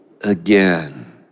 again